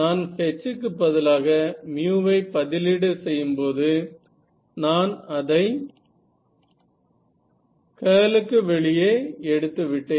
நான் H க்கு பதிலாக மியு μவை பதிலீடு செய்யும்போது நான் அதை கர்ல் க்கு வெளியே எடுத்து விட்டேன்